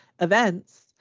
events